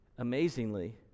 Amazingly